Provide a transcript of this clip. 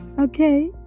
Okay